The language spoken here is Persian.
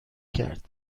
کرد